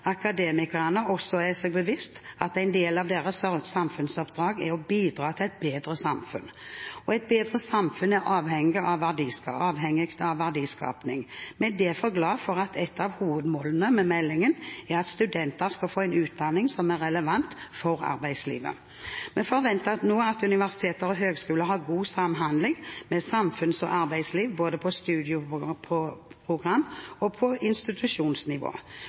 akademikerne også er seg bevisst at en del av deres samfunnsoppdrag er å bidra til et bedre samfunn, og et bedre samfunn er avhengig av verdiskaping. Vi er derfor glade for at et av hovedmålene med meldingen er at studentene skal få en utdanning som er relevant for arbeidslivet. Vi forventer nå at universitetene og høyskolene har god samhandling med samfunns- og arbeidsliv både på studieprogram- og på institusjonsnivå.